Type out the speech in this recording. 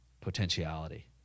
potentiality